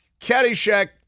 Caddyshack